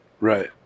Right